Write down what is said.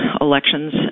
elections